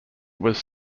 was